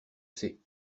sais